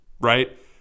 right